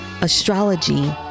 astrology